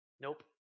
Nope